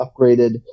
upgraded